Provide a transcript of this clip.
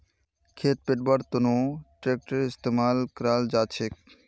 खेत पैटव्वार तनों ट्रेक्टरेर इस्तेमाल कराल जाछेक